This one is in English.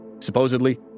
Supposedly